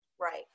Right